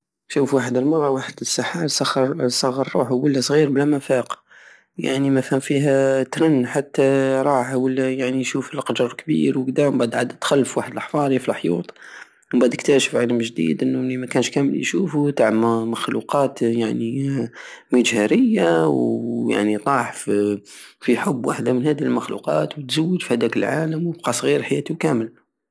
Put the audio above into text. شوف واحد المرة واحد السحار صغر- صغر روحو ولا صغير بلا مافاق يعني مافهم فيها ترن حتى راح وولا يشوف لقجر كبير ومبعد عاد دخل في واحد لحفاري فلحيوط وبعد اكتاشف علم جديد الي مكاش كامل يشوفو تع مخلوقات يعني مجهرية ويعني طاح ف- في حب وحدة من هاد المخلوقات وتزوج في هاداك العالم وبقى صغير حيات كامل